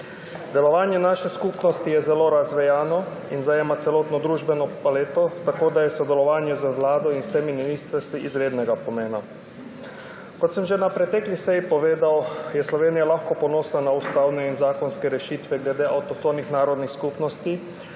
Delovanje naše skupnosti je zelo razvejano in zajema celotno družbeno paleto, tako da je sodelovanje z Vlado in vsemi ministrstvi izrednega pomena. Kot sem že na pretekli seji povedal, je Slovenija lahko ponosna na ustavne in zakonske rešitve glede avtohtonih narodnih skupnosti,